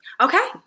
Okay